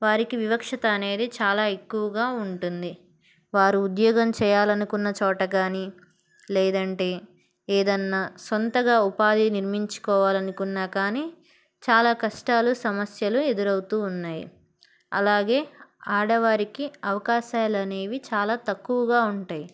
వారికి వివక్షత అనేది చాలా ఎక్కువగా ఉంటుంది వారు ఉద్యోగం చేయాలనుకున్న చోట కానీ లేదంటే ఏదైనా సొంతంగా ఉపాధి నిర్మించుకోవాలనుకున్నా కానీ చాలా కష్టాలు సమస్యలు ఎదురవుతూ ఉన్నాయి అలాగే ఆడవారికి అవకాశాలనేవి చాలా తక్కువగా ఉంటాయి